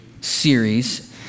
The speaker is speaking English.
series